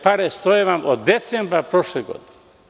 Pare vam stoje od decembra prošle godine.